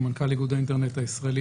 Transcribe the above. אני מנכ"ל איגוד האינטרנט הישראלי